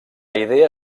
idea